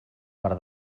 per